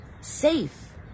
safe